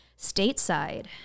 stateside